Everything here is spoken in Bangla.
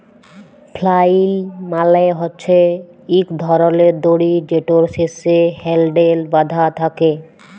ফ্লাইল মালে হছে ইক ধরলের দড়ি যেটর শেষে হ্যালডেল বাঁধা থ্যাকে